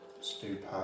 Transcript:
stupid